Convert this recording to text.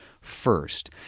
first